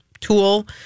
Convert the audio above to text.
tool